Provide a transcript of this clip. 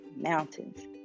mountains